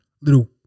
little